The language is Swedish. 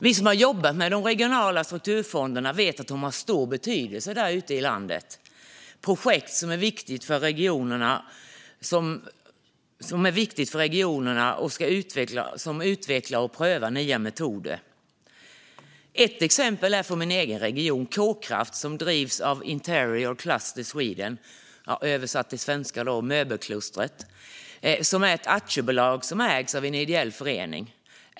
Vi som har jobbat med de regionala strukturfonderna vet att de har stor betydelse ute i landet med projekt som är viktiga för att regionerna ska utvecklas och pröva nya metoder för utveckling. Ett exempel från min egen region är KKraft, som drivs av Interior Cluster Sweden, möbelklustret, som är ett aktiebolag som ägs av en ideell förening.